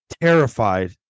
terrified